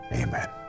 Amen